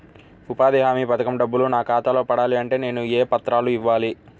ఉపాధి హామీ పథకం డబ్బులు నా ఖాతాలో పడాలి అంటే నేను ఏ పత్రాలు ఇవ్వాలి?